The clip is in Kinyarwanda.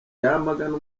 yamagana